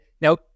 Now